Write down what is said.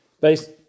based